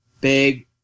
big